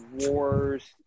wars